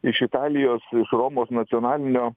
iš italijos iš romos nacionalinio